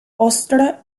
ostra